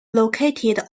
located